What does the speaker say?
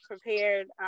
prepared